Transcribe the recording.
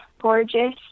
gorgeous